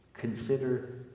Consider